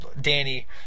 Danny